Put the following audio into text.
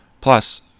Plus